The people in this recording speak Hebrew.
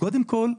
קודם כול,